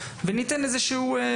וניתן מענה אמיתי.